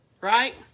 right